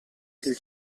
del